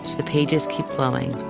the pages keep flowing,